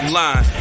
line